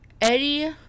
Eddie